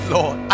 Lord